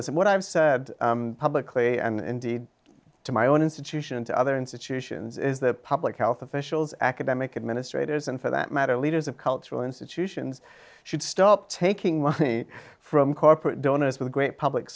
and what i've said publicly and indeed to my own institution to other institutions is that public health officials academic administrators and for that matter leaders of cultural institutions should stop taking money from corporate donors with great public